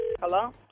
Hello